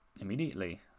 immediately